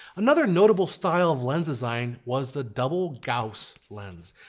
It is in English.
another notable style of lens design was the double gauss lens.